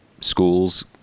Schools